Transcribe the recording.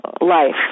life